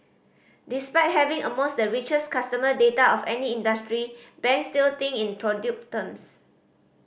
despite having amongst the richest customer data of any industry banks still think in product terms